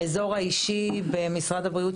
באזור האישי במשרד הבריאות,